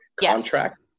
contract